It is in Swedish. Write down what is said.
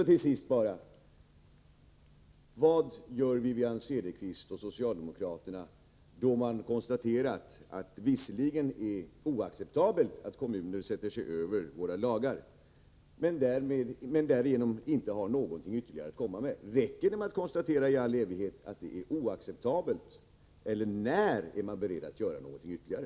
Till sist bara: Vad gör Wivi-Anne Cederqvist och socialdemokraterna då de har konstaterat att det visserligen är oacceptabelt att kommuner sätter sig över våra lagar men sedan inte har något ytterligare att komma med? Räcker det att konstatera i all evighet att det är oacceptabelt? När är man beredd att göra något ytterligare?